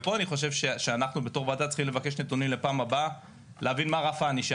אני חושב שפה אנחנו, בתור ועדה,